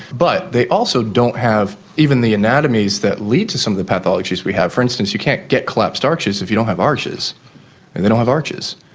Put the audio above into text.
but they also don't have even the anatomies that lead to some of the pathologies we have. for instance, you can't get collapsed arches if you don't have arches, and they don't have arches.